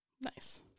Nice